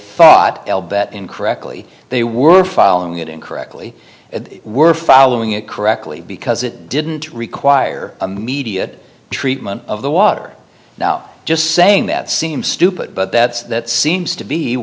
thought that incorrectly they were following it incorrectly they were following it correctly because it didn't require immediate treatment of the water now just saying that seems stupid but that's that seems to be